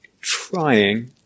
trying